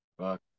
fuck